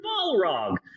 balrog